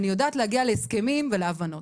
אני יודעת להגיע להסכמים ולהבנות.